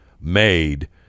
made